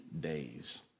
days